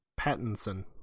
Pattinson